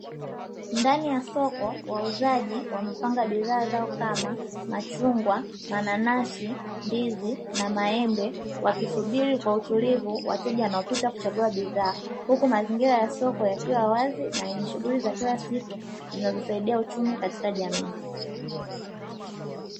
Ndani ya soko wauzaji wamepanga bidhaa zao kama machungwa, mananasi, ndizi na maembe wakisubiri kwa utulivu wateja wanaopita kuchagua bidhaa huku mazingira ya soko yakiwa wazi na yenye shughuli za kila siku zinazosaidia uchumi katika jamii.